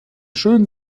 schön